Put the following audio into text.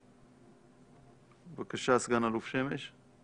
בבקשה, סגן אלוף שמש.